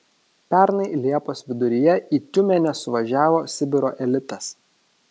pernai liepos viduryje į tiumenę suvažiavo sibiro elitas